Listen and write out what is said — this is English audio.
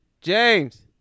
James